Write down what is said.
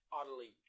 utterly